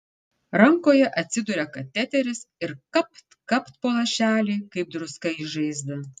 rankoje atsiduria kateteris ir kapt kapt po lašelį kaip druska į žaizdą